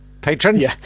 Patrons